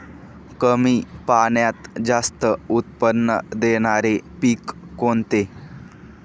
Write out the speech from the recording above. कमी पाण्यात जास्त उत्त्पन्न देणारे पीक कोणते?